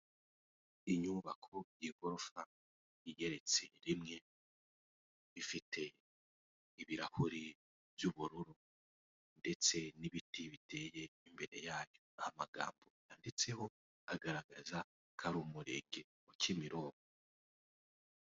Inyubako y'igorofa igereretse rimwe, ifite ibirahuri by'ubururu ndetse n'ibiti biteye imbere yayo, hari amagambo yanditseho agaragaza ko ari umureke wa Kimironko.